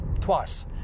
twice